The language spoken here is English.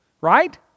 right